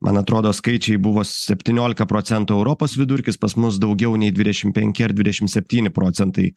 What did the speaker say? man atrodo skaičiai buvo septyniolika procentų europos vidurkis pas mus daugiau nei dvidešim penki ar dvidešim septyni procentai